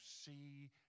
see